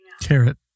Carrot